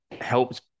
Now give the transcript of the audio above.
helped